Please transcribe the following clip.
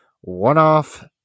one-off